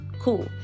cool